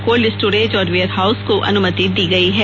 cold store storage और warehouse को अनुमति दी गई है